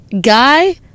guy